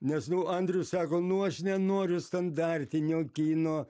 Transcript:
nes nu andrius sako nu aš nenoriu standartinio kino